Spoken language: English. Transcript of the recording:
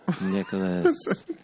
Nicholas